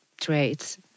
traits